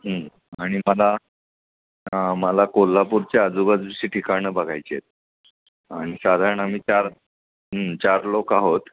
आणि मला मला कोल्हापूरच्या आजूबाजूची ठिकाणं बघायची आहेत आणि साधारण आम्ही चार चार लोकं आहोत